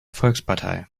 volkspartei